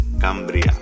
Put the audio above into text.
Cambria